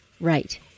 Right